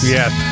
Yes